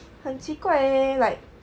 很奇怪 leh like